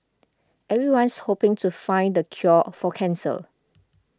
everyone's hoping to find the cure for cancer